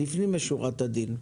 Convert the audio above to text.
לפנים משורת הדין.